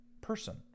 person